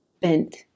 bent